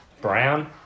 Brown